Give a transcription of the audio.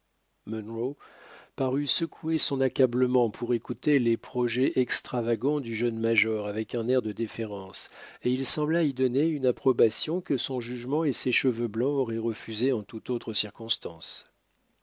parut secouer son accablement pour écouter les projets extravagants du jeune major avec un air de déférence et il sembla y donner une approbation que son jugement et ses cheveux blancs auraient refusée en toute autre circonstance